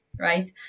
right